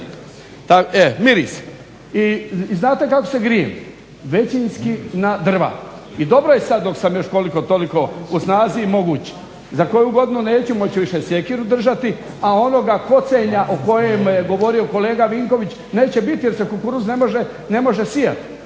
miris. I znate kako se grijem? Većinski na drva. I dobro je sad dok sam još koliko toliko u snazi i mogu, za koju godinu neću moći više sjekiru držati, a onoga kocenja o kojemu je govorio kolega Vinković neće biti jer se kukuruz ne može sijati.